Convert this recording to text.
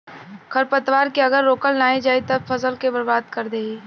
खरपतवार के अगर रोकल नाही जाई सब फसल के बर्बाद कर देई